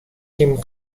him